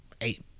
eight